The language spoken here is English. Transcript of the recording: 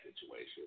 situation